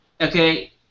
okay